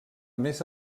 més